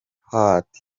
heart